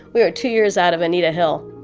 we were two years out of anita hill,